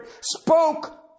spoke